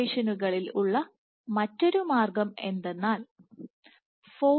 സിമുലേഷനുകളിൽ ഉള്ള മറ്റൊരു മാർഗം എന്തെന്നാൽRefer Time 1403